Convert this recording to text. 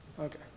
Okay